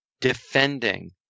defending